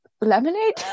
lemonade